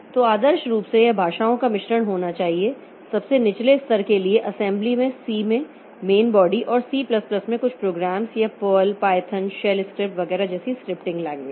तो आदर्श रूप से यह भाषाओं का मिश्रण होना चाहिए सबसे निचले स्तर के लिए असेंबली में सी में मेन बॉडी और सी प्लस प्लस में कुछ प्रोग्राम्स या पर्ल पायथन शेल स्क्रिप्ट वगैरह जैसी स्क्रिप्टिंग लैंग्वेज